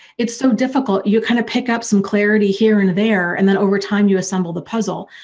it's so difficult, you kind of pick up some clarity here and there and then over time you assemble the puzzle,